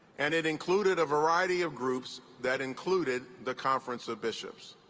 and it included a variety of groups that included the conference of bishops.